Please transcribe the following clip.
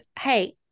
Hey